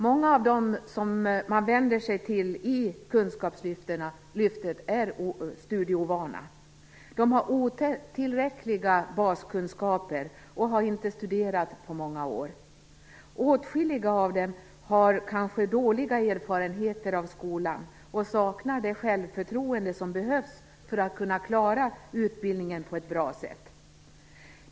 Många av dem som man vänder sig till i Kunskapslyftet är studieovana. De har otillräckliga baskunskaper och har inte studerat på många år. Åtskilliga av dem har kanske dåliga erfarenheter av skolan och saknar det självförtroende som behövs för att kunna klara utbildningen på ett bra sätt.